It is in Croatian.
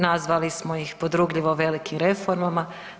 Nazvali smo ih podrugljivo velikim reformama.